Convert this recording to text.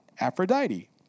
Aphrodite